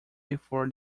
before